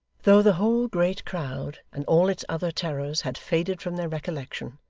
though the whole great crowd and all its other terrors had faded from their recollection,